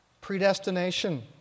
Predestination